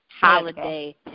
Holiday